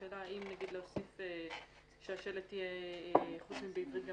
השאלה אם נגיד להוסיף שהשלט יהיה חוץ מאשר בעברית,